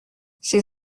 ses